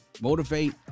motivate